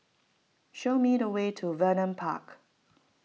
show me the way to Vernon Park